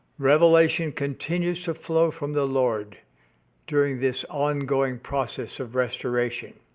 revelation continues to flow from the lord during this ongoing process of restoration.